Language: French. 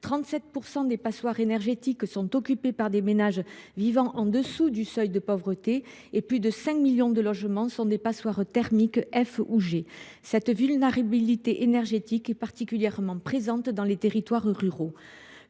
37 % des passoires énergétiques sont occupées par des ménages vivant en dessous du seuil de pauvreté, et plus de 5 millions de logements sont des passoires thermiques, classées F ou G. La vulnérabilité énergétique est particulièrement prégnante dans les territoires ruraux.